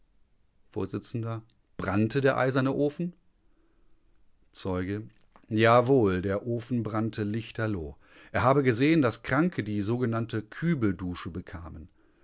vors brannte der eiserne ofen zeuge jawohl der ofen brannte lichterloh er habe gesehen daß kranke die sogenannte kübeldusche bekamen